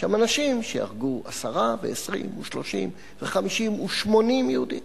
יושבים שם אנשים שהרגו עשרה ו-20 ו-30 ו-50 ו-80 יהודים.